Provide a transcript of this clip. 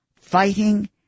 fighting